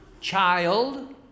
Child